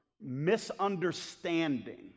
misunderstanding